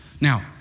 Now